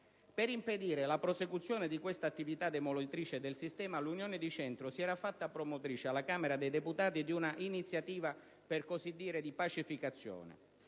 Per impedire la prosecuzione di quest'attività demolitrice del sistema, l'Unione di Centro si era fatta promotrice alla Camera dei deputati di un'iniziativa, per così dire, di pacificazione,